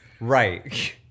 right